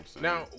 Now